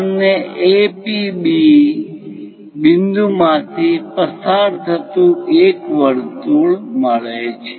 આપણને A P B બિંદુ માંથી પસાર થતુ એક વર્તુળ મળે છે